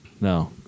No